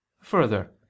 Further